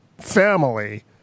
Family